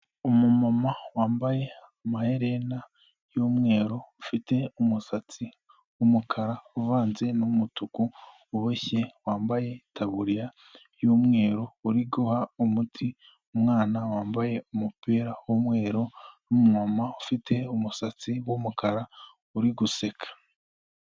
Umumama wambaye amaherena y'umweru, ufite umusatsi w'umukara uvanze n'umutuku uboshye, wambaye itaburiya y'umweru uri guha umuti umwana, wambaye umupira w'umweru n'umumama ufite umusatsi w'umukara uri guseka.